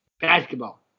Basketball